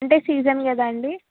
అంటే సీజన్ కదా అండి